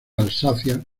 alsacia